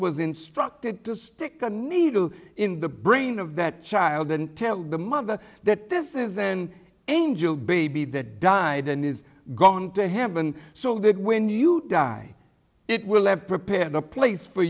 was instructed to stick a needle in the brain of that child and tell the mother that this is an angel baby that died and is gone to heaven so that when you die it will have prepared a place for